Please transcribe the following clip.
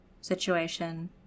situation